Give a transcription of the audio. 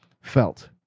felt